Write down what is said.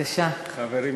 חברים נכבדים,